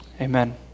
Amen